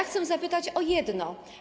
Chcę zapytać o jedno.